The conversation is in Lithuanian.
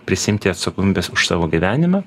prisiimti atsakomybės už savo gyvenimą